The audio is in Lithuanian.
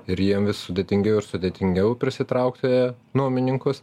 ir jiem vis sudėtingiau ir sudėtingiau prisitraukti nuomininkus